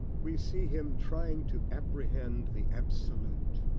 we see him trying to apprehend the absolute,